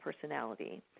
personality